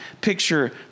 picture